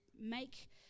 make